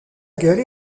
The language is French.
gueule